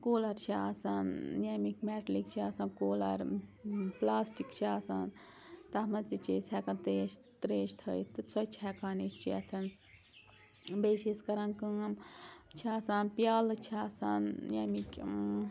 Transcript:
cooler چھِ آسان ییٚمِکۍ میٹلِٕکۍ چھِ آسان کوٗلَر پُلاسٹِک چھِ آسان تَتھ منٛز تہِ چھِ أسۍ ہٮ۪کان تیش ترٛیش تھٲوِتھ سۄ تہِ چھِ ہٮ۪کان أسۍ چیتھَن بیٚیہِ چھِ أسۍ کَران کٲم چھِ آسان پیٛالہٕ چھِ آسان ییٚمِکۍ